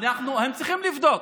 הם צריכים לבדוק.